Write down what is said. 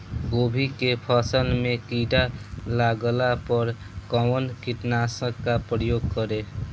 गोभी के फसल मे किड़ा लागला पर कउन कीटनाशक का प्रयोग करे?